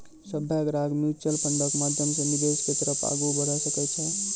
सभ्भे ग्राहक म्युचुअल फंडो के माध्यमो से निवेश के तरफ आगू बढ़ै सकै छै